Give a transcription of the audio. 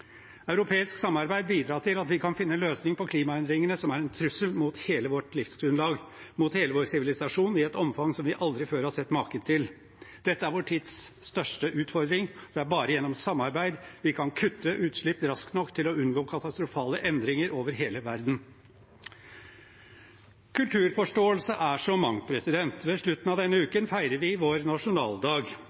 Europeisk samarbeid bidrar til at vi kan finne en løsning på klimaendringene, som er en trussel mot hele vårt livsgrunnlag og hele vår sivilisasjon i et omfang vi aldri før har sett maken til. Dette er vår tids største utfordring, og det er bare gjennom samarbeid vi kan kutte utslipp raskt nok til å unngå katastrofale endringer over hele verden. Kulturforståelse er så mangt. Ved slutten av denne uken feirer vi vår nasjonaldag.